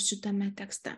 šitame tekste